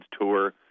tour